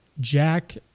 Jack